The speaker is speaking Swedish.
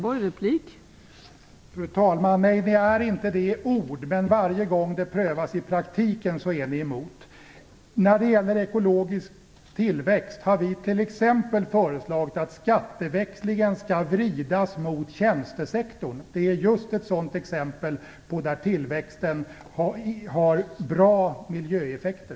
Fru talman! Nej, i ord, men varje gång det prövas i praktiken är ni emot. När det gäller ekologisk tillväxt har vi t.ex. föreslagit att skatteväxlingen skall vridas mot tjänstesektorn. Det är just ett exempel på ett område där tillväxten har bra miljöeffekter.